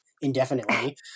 indefinitely